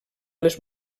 les